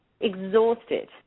exhausted